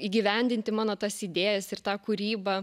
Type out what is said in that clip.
įgyvendinti mano tas idėjas ir tą kūrybą